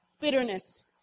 bitterness